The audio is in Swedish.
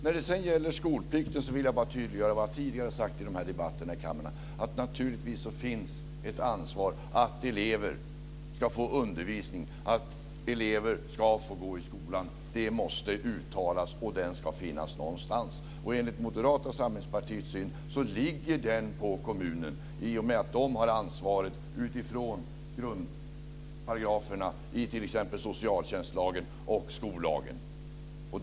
När det sedan gäller skolplikten vill jag bara tydliggöra vad jag tidigare har sagt i dessa debatter i kammaren, att naturligtvis finns det ett ansvar för att elever ska få undervisning, att elever ska få gå i skolan - det måste uttalas - och att den ska finnas någonstans. Enligt Moderata samlingspartiets syn ligger det på kommunerna, i och med att de har ansvaret utifrån grundparagraferna i t.ex. socialtjänstlagen och skollagen.